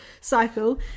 cycle